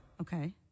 Okay